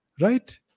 Right